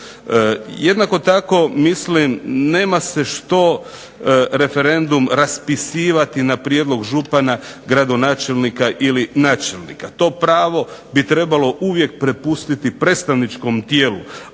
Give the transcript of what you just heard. Jednako tako mislim nema se što referendum raspisivati na prijedlog župana, gradonačelnika ili načelnika. To pravo bi trebalo uvijek prepustiti predstavničkom tijelu,